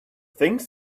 things